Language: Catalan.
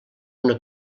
una